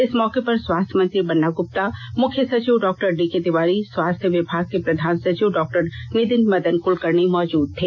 इस मौके पर स्वास्थ्य मंत्री बन्ना गुप्ता मुख्य सचिव डॉक्टर डीके तिवारी स्वास्थ्य विभाग के प्रधान सचिव डॉक्टर नितिन मदन कुलकर्णी मौजूद थे